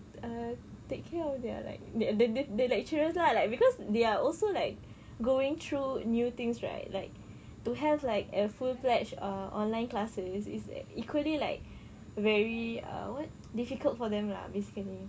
uh take care of their like the the the lecturers lah like cause they are also like going through new things right like to have like a full-fledged ah online classes is equally like very uh what difficult for them lah basically